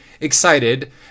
Excited